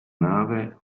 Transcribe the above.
nave